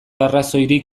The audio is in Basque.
arrazoirik